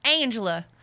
Angela